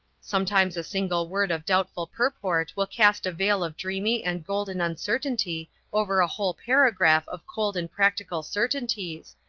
sometimes a single word of doubtful purport will cast a veil of dreamy and golden uncertainty over a whole paragraph of cold and practical certainties,